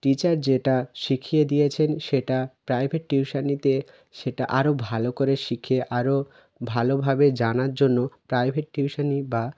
teacher যেটা শিখিয়ে দিয়েছেন সেটা প্রাইভেট টিউশনিতে সেটা আরও ভালো করে শিখে আরও ভালোভাবে জানার জন্য প্রাইভেট টিউশনি বা